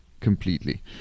completely